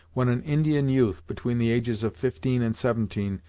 when an indian youth, between the ages of fifteen and seventeen,